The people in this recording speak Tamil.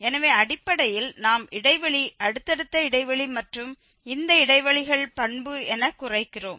எனவே அடிப்படையில் நாம் இடைவெளி அடுத்தடுத்த இடைவெளி மற்றும் இந்த இடைவெளிகள் பண்பு என குறைக்கிறோம்